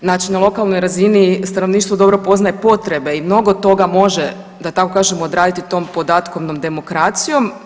Znači na lokalnoj razini stanovništvo dobro poznaje potrebe i mnogo toga može da tako kažem odraditi tom podatkovnom demokracijom.